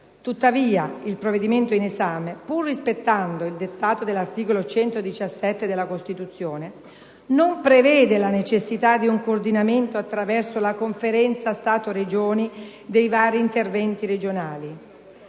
Tuttavia il provvedimento in esame, pur rispettando il dettato dell'articolo 117 della Costituzione, non prevede la necessità di un coordinamento attraverso la Conferenza Stato-Regioni dei vari interventi regionali.